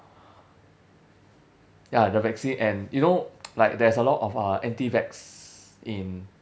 ya the vaccine and you know like there is a lot of uh anti vaccine